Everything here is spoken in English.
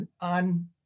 on